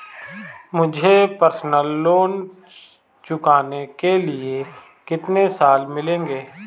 मुझे personal loan चुकाने के लिए कितने साल मिलेंगे?